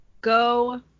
go